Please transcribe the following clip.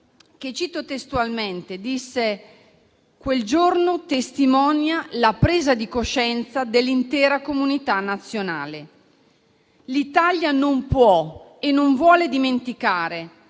(cito testualmente) che quel giorno «testimonia la presa di coscienza dell'intera comunità nazionale. L'Italia non può e non vuole dimenticare: